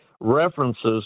references